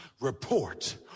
report